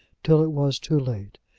till it was too late,